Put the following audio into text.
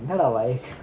ya like why